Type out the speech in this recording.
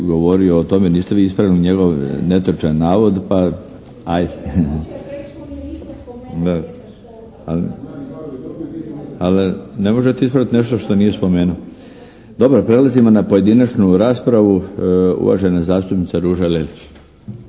ne razumije se./… **Milinović, Darko (HDZ)** Ali ne možete ispraviti nešto što nije spomenuo. Dobro. Prelazimo na pojedinačnu raspravu. Uvažena zastupnica Ruža Lelić.